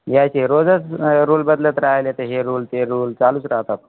यायची रोजच रूल बदलत राहिले तर हे रूल ते रूल चालूच राहतात